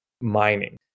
mining